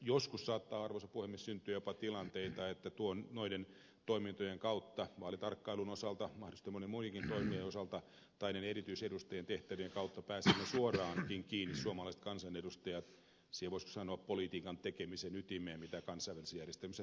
joskus saattaa arvoisa puhemies jopa syntyä tilanteita että noiden toimintojen kautta vaalitarkkailun mahdollisesti monien muidenkin toimien osalta tai erityisedustajien tehtävien kautta me suomalaiset kansanedustajat pääsemme suoraan kiinni voisiko sanoa siihen politiikan tekemisen ytimeen mitä kansainvälisissä järjestelmissä tehdään